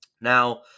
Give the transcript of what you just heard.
Now